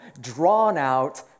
drawn-out